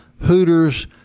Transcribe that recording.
Hooters